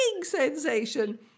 sensation